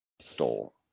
stole